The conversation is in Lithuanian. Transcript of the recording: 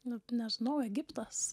nu nežinau egiptas